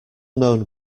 known